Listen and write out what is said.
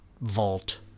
vault